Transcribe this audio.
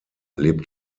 lebt